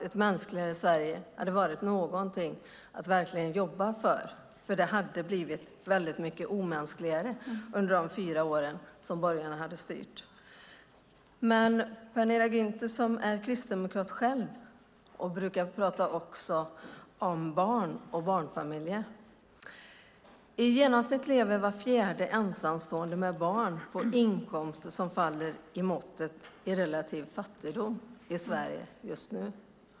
Ett mänskligare Sverige hade varit någonting att verkligen jobba för, eftersom det hade blivit väldigt mycket omänskligare under de fyra år som borgarna styrde. Penilla Gunther är själv kristdemokrat och brukar prata om barn och barnfamiljer. I genomsnitt lever var fjärde ensamstående med barn på inkomster som faller under definitionen relativ fattigdom i Sverige just nu.